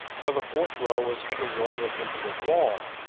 for the fourth row was interwoven into the wall,